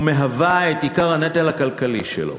והיא עיקר הנטל הכלכלי שלו.